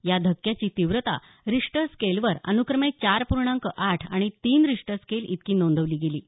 या धक्क्यांची तीव्रता रिश्टर स्केलवर अनुक्रमे चार पूर्णांक आठ आणि तीन रिश्टर स्केल इतकी नोंदवली गेली आहे